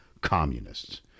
communists